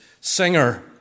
singer